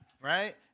Right